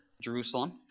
Jerusalem